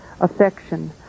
affection